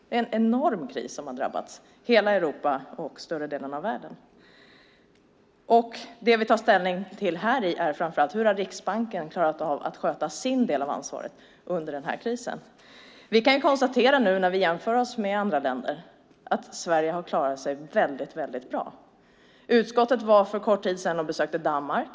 Det är en enorm kris som har drabbat hela Europa och större delen av världen. Det vi tar ställning till här är framför allt hur Riksbanken har klarat av att sköta sin del av ansvaret under krisen. Vi kan konstatera när vi jämför oss med andra länder att Sverige har klarat sig väldigt bra. Utskottet var för en kort tid sedan på ett besök i Danmark.